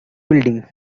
building